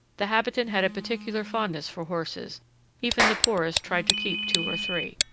the habitant had a particular fondness for horses even the poorest tried to keep two or three.